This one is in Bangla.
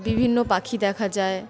বিভিন্ন পাখি দেখা যায়